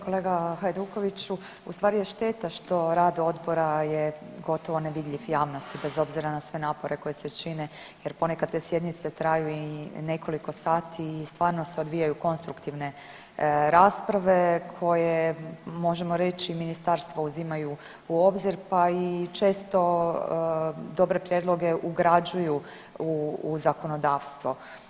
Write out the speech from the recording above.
Kolega Hajdukoviću ustvari je šteta što rad Odbora je gotovo nevidljiv javnosti bez obzira na sve napore koje se čine, jer ponekad te sjednice traju i nekoliko sati i stvarno se odvijaju konstruktivne rasprave koje možemo reći ministarstva uzimaju u obzir, pa i često dobre prijedloge ugrađuju u zakonodavstvo.